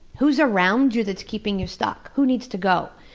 who's around you that's keeping you stuck? who needs to go?